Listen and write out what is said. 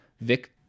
Vic